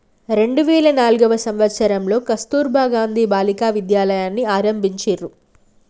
రెండు వేల నాల్గవ సంవచ్చరంలో కస్తుర్బా గాంధీ బాలికా విద్యాలయని ఆరంభించిర్రు